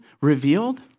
revealed